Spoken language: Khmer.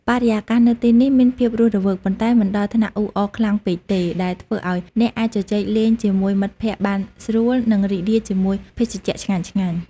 បរិយាកាសនៅទីនេះមានភាពរស់រវើក ប៉ុន្តែមិនដល់ថ្នាក់អ៊ូអរខ្លាំងពេកទេ ដែលធ្វើឱ្យអ្នកអាចជជែកលេងជាមួយមិត្តភក្តិបានស្រួល និងរីករាយជាមួយភេសជ្ជៈឆ្ងាញ់ៗ។